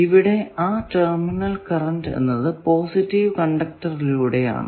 ഇവിടെ ആ terminal current എന്നത് പോസിറ്റീവ് കണ്ടക്ടറിലൂടെ ആണ്